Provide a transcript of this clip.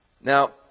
Now